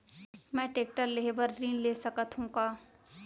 मैं टेकटर लेहे बर ऋण ले सकत हो का?